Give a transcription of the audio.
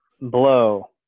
Blow